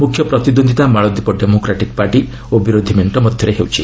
ମୁଖ୍ୟ ପ୍ରତିଦ୍ୱନ୍ଦିତା ମାଳଦୀପ ଡେମୋକ୍ରାଟିକ୍ ପାର୍ଟି ଓ ବିରୋଧୀ ମେଣ୍ଟ ମଧ୍ୟରେ ହେଉଛି